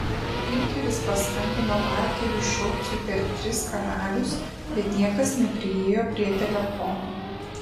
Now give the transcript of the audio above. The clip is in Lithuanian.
giunteris paskambino valteriui šulcui per tris karalius bet niekas nepriėjo prie telefono